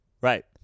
Right